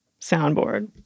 soundboard